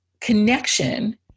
connection